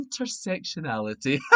Intersectionality